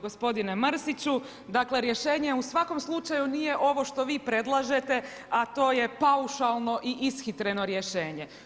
Poštovani gospodine Mrsiću, dakle rješenje u svakom slučaju nije ovo što vi predlažete, a to je paušalno i ishitreno rješenje.